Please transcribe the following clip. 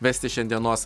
vesti šiandienos